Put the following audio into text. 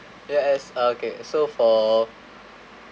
yes uh okay so for